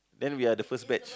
then we are the first batch